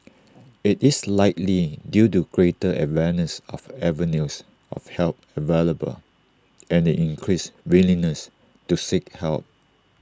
IT is likely due to greater awareness of avenues of help available and the increased willingness to seek help